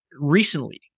recently